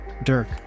Dirk